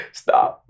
stop